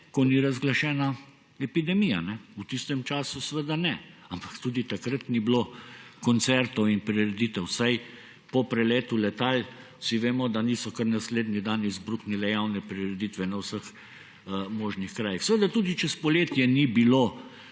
ko ni razglašene epidemije. V tistem času seveda ne, ampak tudi takrat ni bilo koncertov in prireditev, saj vsi vemo, da po preletu letal niso kar naslednji dan izbruhnile javne prireditve na vseh možnih krajih. Tudi čez poletje ni bilo